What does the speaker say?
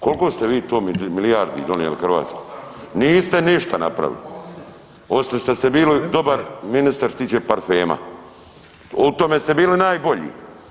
Koliko ste vi to milijardi donijeli Hrvatskoj? ... [[Upadica se ne čuje.]] niste ništa napravili osim što ste bili dobar ministar što se tiče parfema, u tome ste bili najbolji.